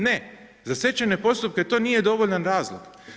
Ne, za stečajne postupke to nije dovoljan razlog.